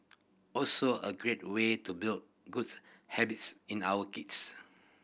also a great way to build good habits in our kids